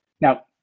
Now